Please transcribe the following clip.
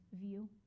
view